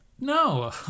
No